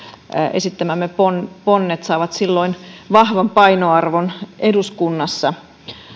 esittämämme ponnet saavat silloin vahvan painoarvon eduskunnassa